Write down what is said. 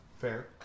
Fair